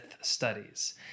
studies